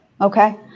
Okay